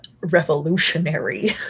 revolutionary